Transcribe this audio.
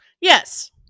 Yes